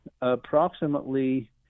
approximately